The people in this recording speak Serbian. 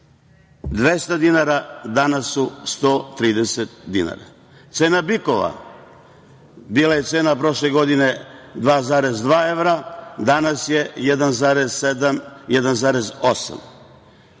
200 dinara, danas su 130 dinara. Cena bikova, bila je cena prošle godine 2,2 evra, danas je 1,7 i 1,8.